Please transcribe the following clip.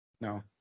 No